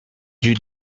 you